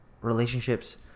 relationships